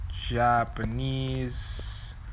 Japanese